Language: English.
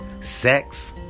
sex